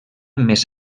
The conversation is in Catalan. més